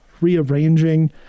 rearranging